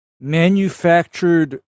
manufactured